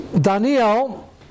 Daniel